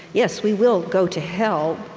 yes, we will go to hell,